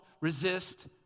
resist